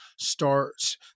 starts